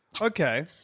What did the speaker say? Okay